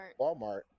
Walmart